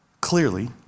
clearly